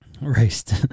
Raced